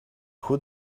who